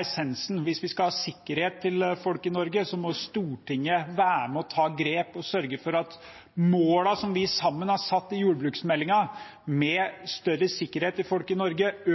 essensen hvis vi skal ha sikkerhet til folk i Norge. Da må Stortinget være med og ta grep og sørge for at målene som vi sammen har satt i jordbruksmeldingen, med større sikkerhet til folk i Norge og